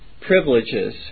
privileges